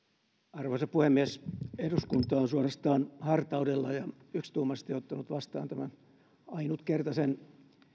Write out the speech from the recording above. arvoisa puhemies eduskunta on suorastaan hartaudella ja yksituumaisesti ottanut vastaan tämän ainutkertaisen